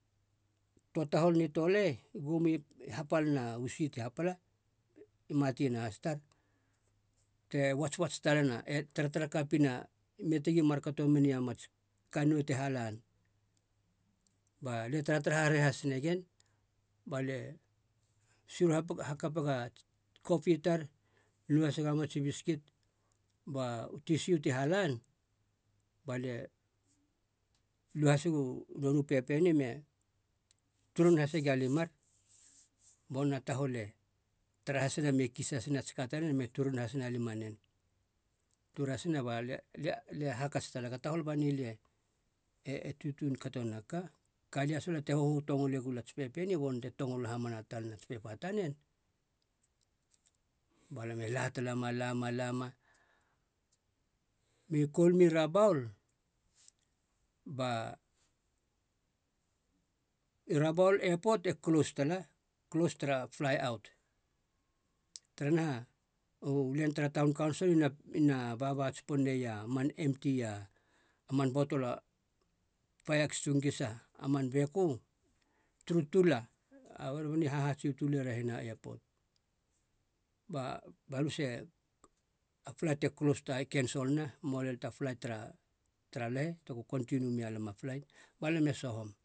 Toa taholuna i tolei, gumi hapalana u sit i hapala i matina has tar te uatsuats talana, e taratara kapina i me tegi markato menia mats kannou ti halan, ba lia e tara tara harehi hase negen, balie siro hakapega ats kopi tar luhasega mats bikit ba u tisiu ti halan balia lu hasegu nonei u pepa ni me turun hasega limar bonna tahol e tara hasina me kis hasena ats ka tanen me turun hasena lima nen, tur hasina balia lia- lia hakats talaga, a tahol banei lie e tutun kato nena ka, kalia salena te höhö tongole gula ts’pepe ni ba nonei te tongolo hamana talena ts’pepa tanen. Balam e la tala muma la muma la muma, mi koul mi rabaul ba i rabaul epot e klos tala klos tara plai aut, taranaha u len tara taun kaunsol i na- i na baba ts’pon neia a man emti a man botolo paia ekstinguisa a man bekö turu tula a berebani hahatsiu tula i rehina epot ba baluse a plait te klos e kensol na moa len ta plait tara tara lahe tego kontiniu mia lam a plait balam e sohom.